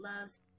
loves